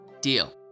Deal